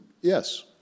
Yes